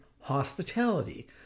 hospitality